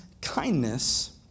kindness